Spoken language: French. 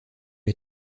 les